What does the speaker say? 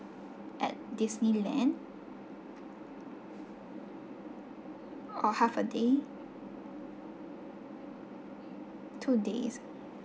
at disneyland or half a day two days